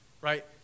right